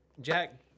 Jack